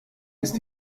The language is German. ist